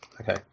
Okay